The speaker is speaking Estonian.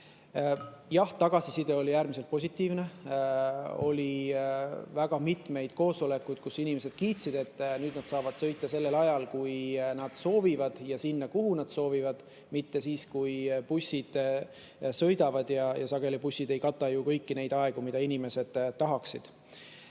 Jah, tagasiside oli äärmiselt positiivne. Oli väga mitmeid koosolekuid, kus inimesed kiitsid, et nüüd nad saavad sõita sellel ajal, kui nad soovivad, ja sinna, kuhu nad soovivad, mitte siis, kui bussid sõidavad. Sageli bussid ei kata ju kõiki neid aegu, mida inimesed tahaksid.